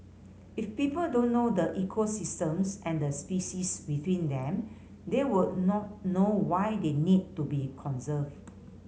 if people don't know the ecosystems and the species within them they would not know why they need to be conserve